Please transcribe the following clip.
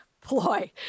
ploy